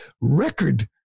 record